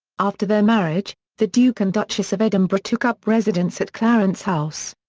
after their marriage, the duke and duchess of edinburgh took up residence at clarence house.